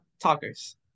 talkers